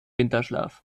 winterschlaf